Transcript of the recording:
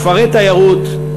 כפרי תיירות,